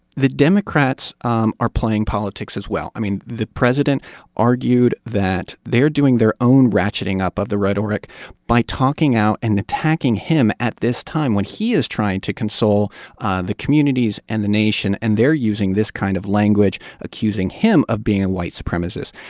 the democrats um are playing politics, as well. i mean, the president argued that they are doing their own ratcheting up of the rhetoric by talking out and attacking him at this time when he is trying to console the communities and the nation. and they're using this kind of language, accusing him of being a white supremacist.